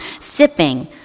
sipping